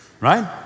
right